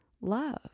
love